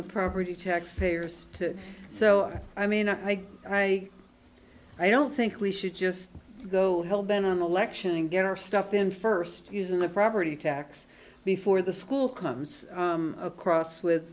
the property tax payers to so i mean i i i don't think we should just go hell bent on the election and get our stuff in first using the property tax before the school comes across with